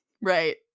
Right